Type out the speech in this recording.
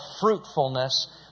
fruitfulness